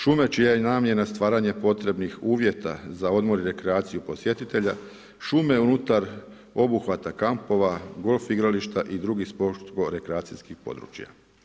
Šume čija je namjena stvaranje potrebnih uvjeta za odmor i rekreaciju posjetitelja, šume unutar obuhvata kampova, golf igrališta i drugih športsko-rekreacijskih područja.